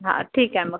हां ठीक आहे मग